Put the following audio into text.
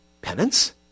Penance